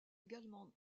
également